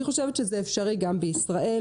אני חושבת שזה אפשרי גם בישראל,